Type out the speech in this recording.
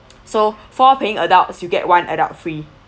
so four paying adults you get one adult free